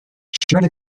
during